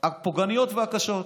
הפוגעניות והקשות.